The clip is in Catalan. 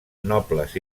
nobles